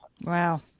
Wow